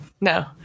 No